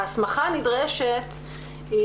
ההסמכה הנדרשת,